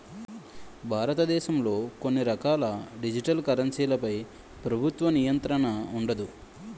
భారతదేశంలో కొన్ని రకాల డిజిటల్ కరెన్సీలపై ప్రభుత్వ నియంత్రణ ఉండదు